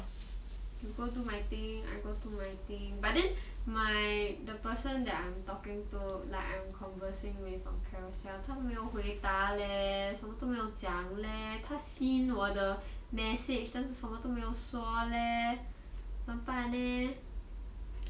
you go do your thing I go do my thing but then my the person that I am talking to like I am conversing with on carousell 他们没有回答 leh 什么都没有讲 leh 他 seen 我的 message 但是什么都没有说 leh 怎么办 leh